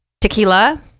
tequila